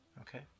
Okay